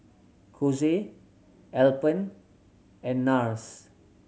Kose Alpen and Nars